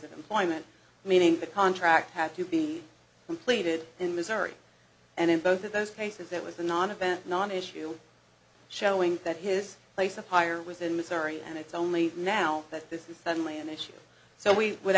of employment meaning the contract had to be completed in missouri and in both of those cases that was a nonevent non issue showing that his place of higher was in missouri and it's only now that this is certainly an issue so we would